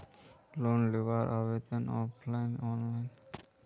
Loan लुबार आवेदन online या ऑफलाइन कुछ भी करवा सकोहो ही?